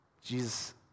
Jesus